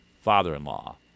father-in-law